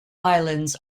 islands